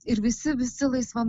ir visi visi laisva